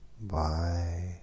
Bye